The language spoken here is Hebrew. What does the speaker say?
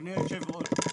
אדוני היושב ראש,